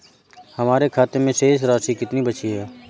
हमारे खाते में शेष राशि कितनी बची है?